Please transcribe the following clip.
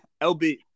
LB